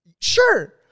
Sure